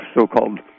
so-called